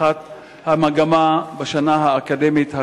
לפתיחת המגמה בשנה האקדמית הקרובה,